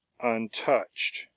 untouched